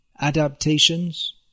adaptations